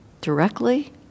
directly